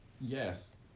Yes